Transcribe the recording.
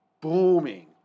booming